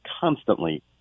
constantly